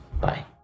Bye